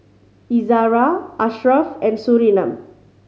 Izzara Ashraf and Surinam